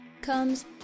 comes